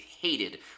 Hated